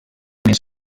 més